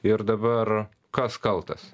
ir dabar kas kaltas